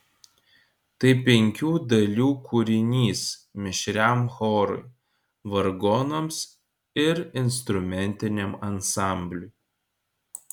tai penkių dalių kūrinys mišriam chorui vargonams ir instrumentiniam ansambliui